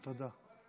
תודה.